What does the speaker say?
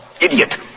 Idiot